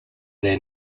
their